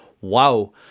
Wow